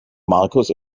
markus